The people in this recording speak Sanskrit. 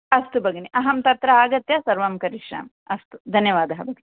अस्तु भगिनी अहम् तत्र आगत्य सर्वं करिष्यामि अस्तु धन्यवादः